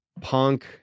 punk